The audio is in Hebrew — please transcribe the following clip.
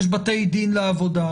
יש בתי דין לעבודה,